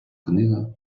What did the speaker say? книга